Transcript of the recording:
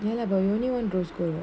ya lah but you only want rose gold [what]